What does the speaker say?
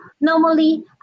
normally